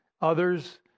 Others